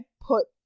put